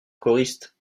choriste